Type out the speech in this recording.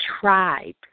tribe